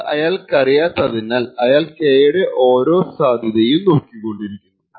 അത് അയാൾക്കറിയാത്തതിനാൽ അയാൾ K യുടെ ഓരോ സാധ്യതയും നോക്കികൊണ്ടിരിക്കുന്നു